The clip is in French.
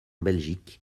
belgique